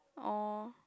oh